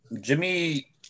Jimmy